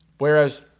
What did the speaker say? Whereas